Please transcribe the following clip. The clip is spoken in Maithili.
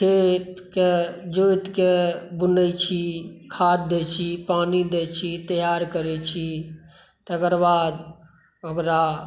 खेतके जोतिकऽ बुनै छी खाद दै छी पानी दै छी तैआर करै छी तकर बाद ओकरा